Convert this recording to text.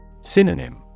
Synonym